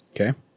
Okay